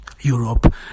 europe